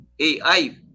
AI